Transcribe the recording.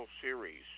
series